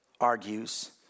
argues